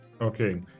Okay